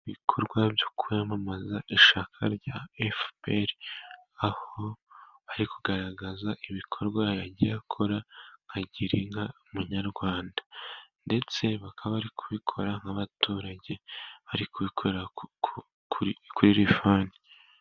Ibikorwa byo kwamamaza ishyaka rya FPR. Aho ari kugaragaza ibikorwa yagiye akora nka girinka munyarwanda. Ndetse bakaba bari kubikora nk'abaturage ari kubikora kuri rifane.